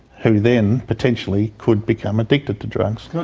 who then, potentially, could become addicted to drugs.